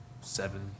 seven